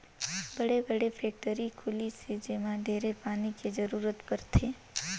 बड़े बड़े फेकटरी खुली से जेम्हा ढेरे पानी के जरूरत परथे